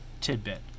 tidbit